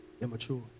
immature